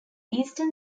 eastern